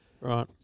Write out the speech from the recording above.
right